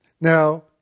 Now